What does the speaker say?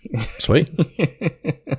sweet